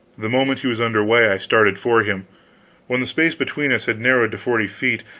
the moment he was under way, i started for him when the space between us had narrowed to forty feet,